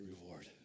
reward